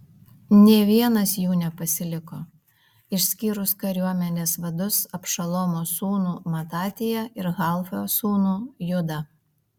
nė vienas jų nepasiliko išskyrus kariuomenės vadus abšalomo sūnų matatiją ir halfio sūnų judą